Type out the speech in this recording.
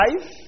Life